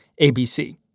ABC